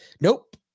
nope